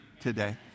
today